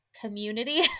community